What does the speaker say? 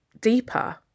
deeper